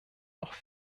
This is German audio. noch